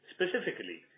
Specifically